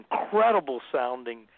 incredible-sounding